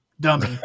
dummy